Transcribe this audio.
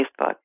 Facebook